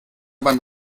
beim